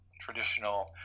traditional